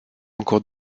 encore